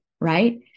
Right